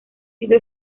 sido